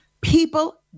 People